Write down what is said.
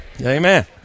Amen